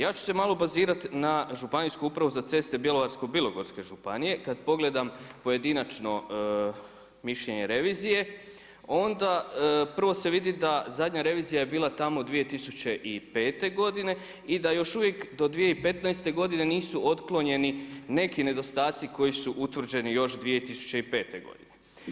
Ja ću se malo bazirati na Županijsku upravu za ceste Bjelovarsko-bilogorske županije kad pogledam pojedinačno mišljenje revizije onda prvo se vidi da zadnja revizija je bila tamo 2005. godine i da još uvijek do 2015. godine nisu otklonjeni neki nedostatci koji su utvrđeni još 2005. godine.